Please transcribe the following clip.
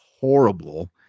horrible